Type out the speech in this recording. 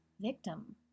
victim